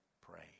pray